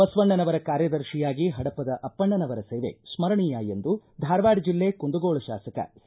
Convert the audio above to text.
ಬಸವಣ್ಣನವರ ಕಾರ್ಯದರ್ಶಿಯಾಗಿ ಹಡಪದ ಅಪ್ಪಣ್ಣನವರ ಸೇವೆ ಸ್ಮರಣೀಯ ಎಂದು ಧಾರವಾಡ ಜಿಲ್ಲೆ ಕುಂದಗೋಳ ಶಾಸಕ ಸಿ